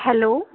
hello